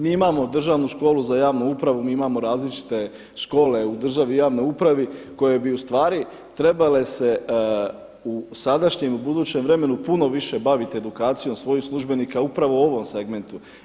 Mi imamo Državnu školu za javnu upravu, mi imamo različite škole u državi u javnoj upravi koje bi ustvari trebale se u sadašnjem i u budućem vremenu puno više baviti edukacijom svojih službenika upravo u ovom segmentu.